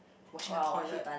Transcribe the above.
washing a toilet